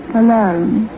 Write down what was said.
alone